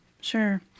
Sure